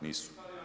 Nisu.